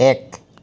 এক